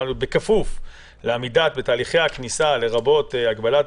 בכפוף לעמידת תהליכי כניסת הנכנסים לישראל בתחנת הגבול,